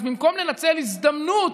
אז במקום לנצל הזדמנות,